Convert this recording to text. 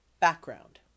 Background